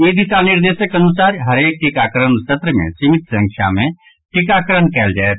ई दिशा निर्देशक अनुसार हरेक टीकाकरण सत्र मे सीमित संख्या मे टीकाकरण कयल जायत